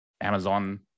Amazon